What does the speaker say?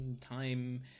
Time